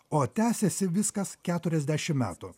o tęsiasi viskas keturiasdešim metų